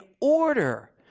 order